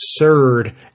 absurd